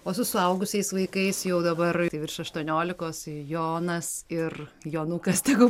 o su suaugusiais vaikais jau dabar virš aštuoniolikos jonas ir jonukas tegul